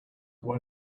why